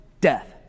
death